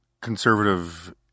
conservative